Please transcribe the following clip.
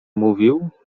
mówił